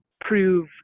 prove